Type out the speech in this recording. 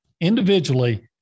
individually